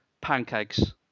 Pancakes